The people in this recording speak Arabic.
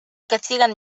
كثيرا